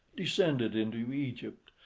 descended into egypt,